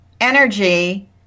energy